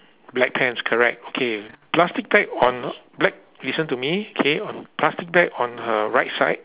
black pants correct okay plastic bag on black listen to me okay on plastic bag on her right side